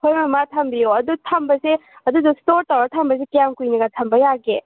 ꯍꯣꯏ ꯃꯃꯥ ꯊꯝꯕꯤꯌꯨ ꯑꯗꯣ ꯊꯝꯕꯁꯦ ꯑꯗꯨꯗꯣ ꯁ꯭ꯇꯣꯔ ꯇꯧꯔꯒ ꯊꯝꯕꯁꯦ ꯀꯌꯥꯝ ꯀꯨꯏꯅꯒ ꯊꯝꯕ ꯌꯥꯒꯦ